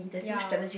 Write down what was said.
ya